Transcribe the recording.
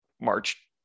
march